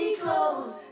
close